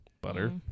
butter